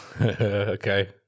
Okay